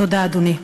תודה, אדוני.